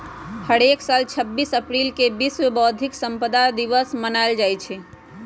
हरेक साल छब्बीस अप्रिल के विश्व बौधिक संपदा दिवस मनाएल जाई छई